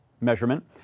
measurement